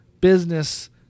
business